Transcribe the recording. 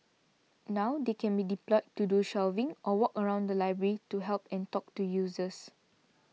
now they can be deployed to do shelving or walk around the library to help and talk to users